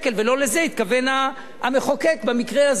ולא לזה התכוון המחוקק במקרה הזה.